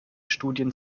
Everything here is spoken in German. studien